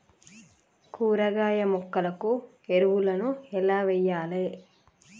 కూరగాయ మొక్కలకు ఎరువులను ఎలా వెయ్యాలే?